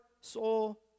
soul